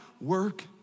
work